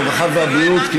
הרווחה והבריאות,